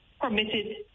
permitted